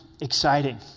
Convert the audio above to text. exciting